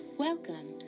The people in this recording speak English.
Welcome